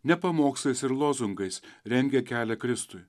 ne pamokslais ir lozungais rengia kelią kristui